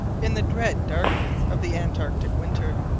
in the dread darkness of the antarctic winter.